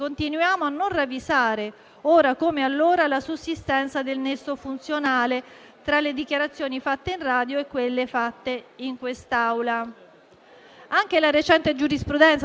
Non insistiamo nello stiracchiare l'articolo 68 della Costituzione per trasformarlo in uno scudo di privilegi: